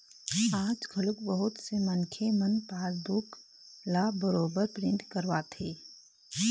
आज घलोक बहुत से मनखे मन पासबूक ल बरोबर प्रिंट करवाथे